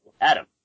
Adam